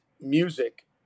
music